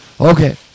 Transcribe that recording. Okay